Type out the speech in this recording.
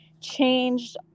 changed